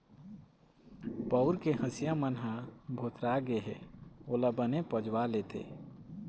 पउर के हँसिया मन ह भोथरा गे हे ओला बने पजवा लेते